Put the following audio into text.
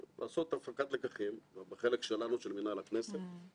מזכירת הכנסת חברתי, בבקשה.